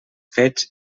fets